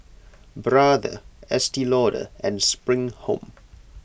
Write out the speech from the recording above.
Brother Estee Lauder and Spring Home